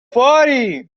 fuori